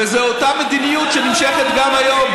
וזאת אותה מדיניות שנמשכת גם היום.